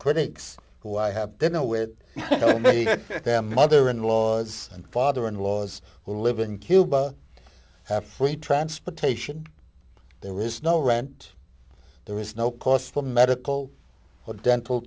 critics who i have dinner with mother in laws and father in laws who live in cuba have free transportation there is no rent there is no cost for medical or dental